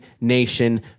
Nation